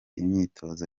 imyitozo